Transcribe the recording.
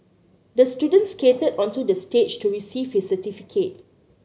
the student skated onto the stage to receive his certificate